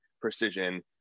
precision